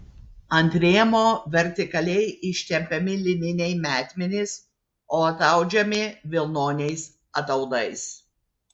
ant rėmo vertikaliai ištempiami lininiai metmenys o ataudžiami vilnoniais ataudais